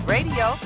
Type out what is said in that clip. Radio